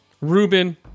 Ruben